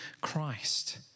Christ